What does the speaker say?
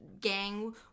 gang